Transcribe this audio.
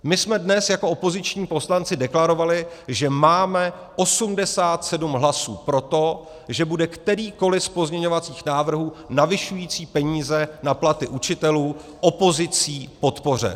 My jsme dnes jako opoziční poslanci deklarovali, že máme 87 hlasů pro to, že bude kterýkoliv z pozměňovacích návrhů navyšující peníze na platy učitelů opozicí podpořen.